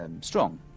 Strong